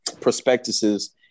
prospectuses